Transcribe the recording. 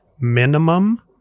minimum